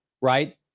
right